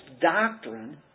doctrine